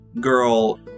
girl